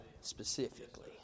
specifically